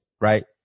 Right